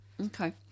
okay